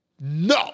no